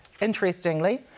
Interestingly